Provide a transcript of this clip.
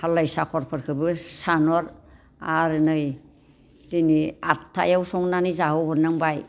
हालाय साखरफोरखौबो सानहर आरो नै दिनै आथ्थायाव संनानै जाहोहरनांबाय